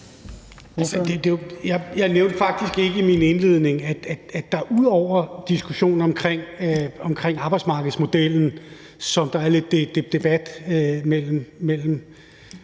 Jeg nævnte faktisk ikke i min indledning, at der ud over diskussionen omkring arbejdsmarkedsmodellen, som der lige nu er lidt debat om mellem